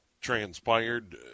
transpired